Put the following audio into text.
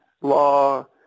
law